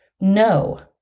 no